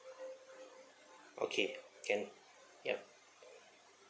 okay can yup